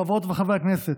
חברי וחברות הכנסת,